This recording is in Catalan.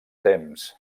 temps